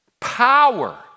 Power